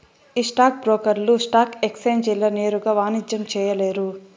ఈ స్టాక్ బ్రోకర్లు స్టాక్ ఎక్సేంజీల నేరుగా వాణిజ్యం చేయలేరు